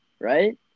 right